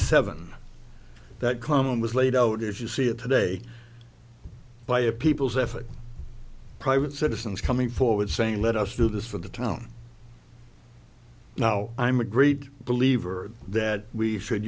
seven that common was laid out as you see it today by a people's effort private citizens coming forward saying let us do this for the town now i'm a great believer that we should